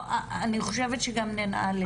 אני חושבת שגם ננעל את הישיבה.